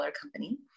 company